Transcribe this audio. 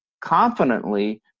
confidently